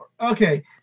Okay